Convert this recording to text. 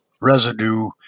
residue